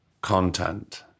content